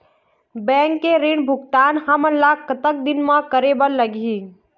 Bank के ऋण भुगतान हमन ला कतक दिन म करे बर लगही?